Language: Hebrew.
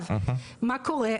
מה קורה?